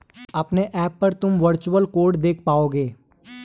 अपने ऐप पर तुम वर्चुअल कार्ड देख पाओगे